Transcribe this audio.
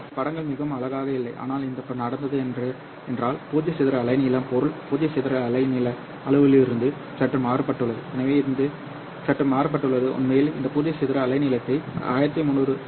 எனது படங்கள் மிகவும் அழகாக இல்லை ஆனால் என்ன நடந்தது என்றால் பூஜ்ஜிய சிதறல் அலைநீளம் பொருள் பூஜ்ஜிய சிதறல் அலைநீள அளவுருவிலிருந்து சற்று மாற்றப்பட்டுள்ளது எனவே இது சற்று மாற்றப்பட்டுள்ளது உண்மையில் இந்த பூஜ்ஜிய சிதறல் அலைநீளத்தை 1300nm